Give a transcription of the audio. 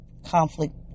conflict